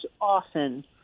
often